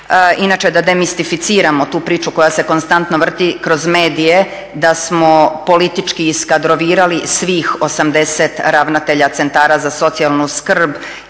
inače da demistificiramo tu priču koja se konstantno vrti kroz medije da smo politički iskadrovirali svih 80 ravnatelja centara za socijalnu skrb